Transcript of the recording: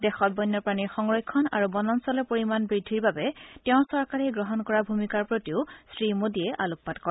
দেশত বন্যপ্ৰাণীৰ সংৰক্ষণ আৰু বনাঞ্চলৰ পৰিমাণ বৃদ্ধিৰ হকে তেওঁৰ চৰকাৰে গ্ৰহণ কৰা ভূমিকাৰ প্ৰতিও শ্ৰীমোদীয়ে আলোকপাত কৰে